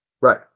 Right